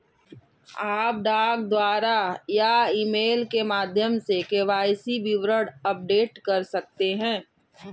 आप डाक द्वारा या ईमेल के माध्यम से के.वाई.सी विवरण अपडेट कर सकते हैं